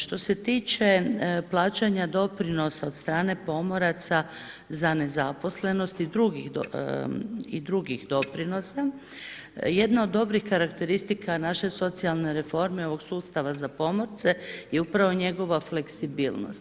Što se tiče plaćanja doprinosa od strane pomoraca za nezaposlenost i drugih doprinosa, jedna od dobrih karakteristika naše socijalne reforme ovog sustava za pomorce je upravo njegova fleksibilnost.